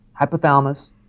hypothalamus